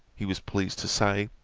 he was pleased to say,